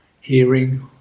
hearing